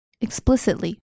explicitly